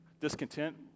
discontent